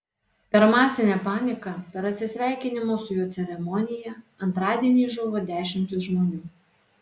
per masinę paniką per atsisveikinimo su juo ceremoniją antradienį žuvo dešimtys žmonių